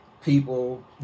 people